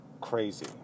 crazy